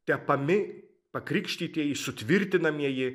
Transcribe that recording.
tepami pakrikštytieji sutvirtinamieji